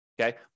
Okay